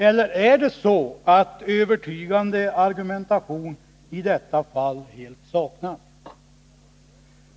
Eller är det så att övertygande argumentation i detta fall helt saknas?